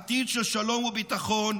עתיד של שלום וביטחון,